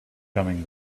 coming